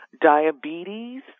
Diabetes